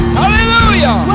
hallelujah